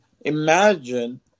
imagine